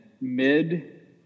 mid